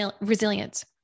resilience